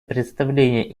представление